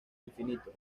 infinito